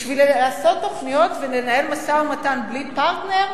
בשביל לעשות תוכניות ולנהל משא-ומתן בלי פרטנר,